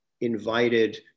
invited